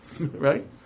Right